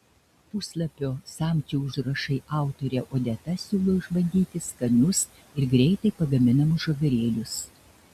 puslapio samčio užrašai autorė odeta siūlo išbandyti skanius ir greitai pagaminamus žagarėlius